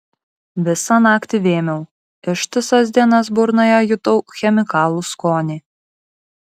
visą naktį vėmiau ištisas dienas burnoje jutau chemikalų skonį